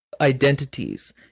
identities